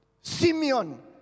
Simeon